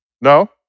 No